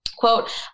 quote